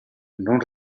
non